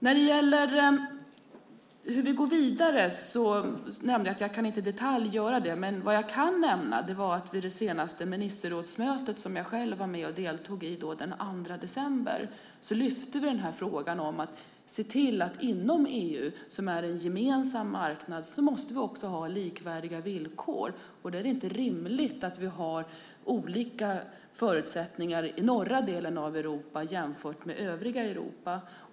När det gäller hur vi går vidare kan jag, som jag nämnde, inte i detalj redogöra för det, men jag kan nämna att vi vid det senaste ministerrådsmötet som jag själv deltog i den 2 december lyfte fram frågan om att det är viktigt att ha likvärdiga villkor inom EU som är en gemensam marknad. Då är det inte rimligt att vi har olika förutsättningar i norra delen av Europa jämfört med övriga Europa.